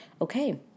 Okay